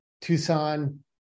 Tucson